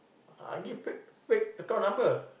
I give fake fake account number